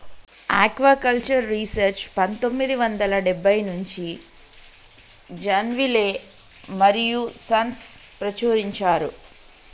aquaculture research పందొమ్మిది వందల డెబ్బై నుంచి జాన్ విలే మరియూ సన్స్ ప్రచురించారు